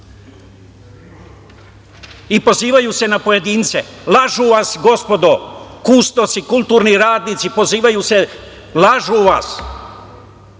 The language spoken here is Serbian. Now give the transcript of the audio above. i pozivaju se na pojedince. Lažu vas gospodo, kustosi, kulturni radnici, pozivaju se, lažu vas.